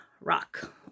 rock